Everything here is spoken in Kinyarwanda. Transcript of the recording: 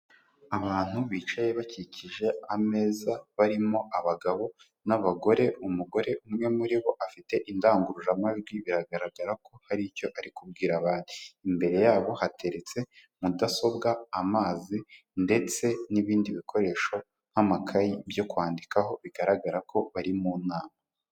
Abantu bicaye bakikije ameza, barimo abagabo n'abagore, umugore umwe muri bo afite indangururamajwi, biragaragara ko hari icyo ari kubwira abandi. Imbere yabo hateretse mudasobwa, amazi ndetse n'ibindi bikoresho nk'amakayi byo kwandikaho, bigaragara ko bari mu nama.